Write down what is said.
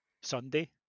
Sunday